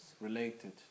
related